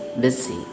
busy